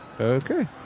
Okay